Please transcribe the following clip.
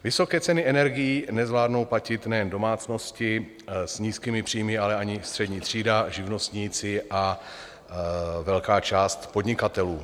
Vysoké ceny energií nezvládnou platit nejen domácnosti s nízkými příjmy, ale ani střední třída, živnostníci a velká část podnikatelů.